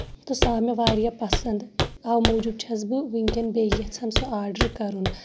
تہٕ سُہ آو مےٚ واریاہ پَسند اَوے موٗجوٗب چھَس بہٕ ؤنکین بیٚیہِ یَژھان سُہ آرڈر کَرُن